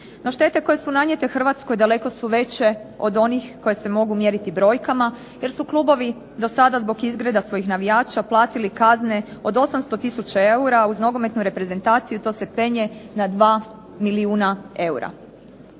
štete koje su nanijete Hrvatskoj daleko su veće od onih koje se mogu mjeriti brojkama jer su klubovi do sada zbog izgreda svojih navijača platili kazne od 800 tisuća eura. Uz nogometnu reprezentaciju to se penje na 2 milijuna eura.